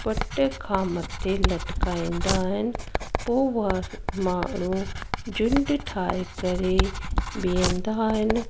पट खां मथे लटिकाईंदा आहिनि पोइ उहा माण्हूं झुंड ठाहे करे बीहंदा आहिनि